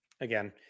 again